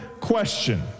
Question